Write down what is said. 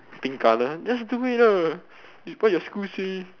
pink colour just do it lah what your school say